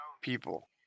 people